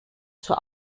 zur